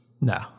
no